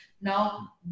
now